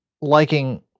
liking